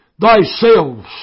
thyself